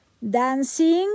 dancing